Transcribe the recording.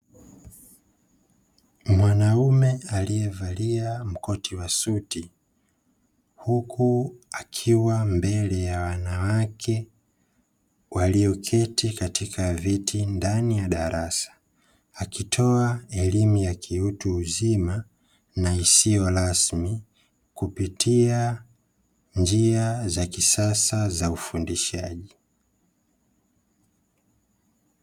Mwanaume aliyevalia mkoti wa suti, huku akiwa mbele ya wanawake walioketi katika viti ndani ya darasa, akitoa elimu ya kiutu uzima na isiyorasmi kupitia njia za kisasa za ufundishaji.